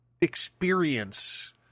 experience